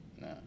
No